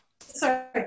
sorry